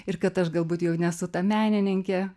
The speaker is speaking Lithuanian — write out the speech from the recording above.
ir kad aš galbūt jau nesu ta menininkė